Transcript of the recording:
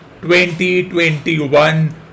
2021